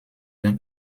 d’un